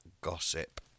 gossip